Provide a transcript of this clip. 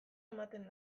ematen